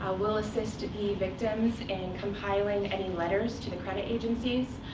ah we'll assist the victims in and compiling any letters to the credit agencies.